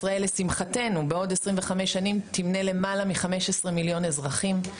לשמחתנו בעוד 25 שנים מדינת ישראל תמנה למעלה מ-15 מיליון אזרחים,